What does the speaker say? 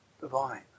Divine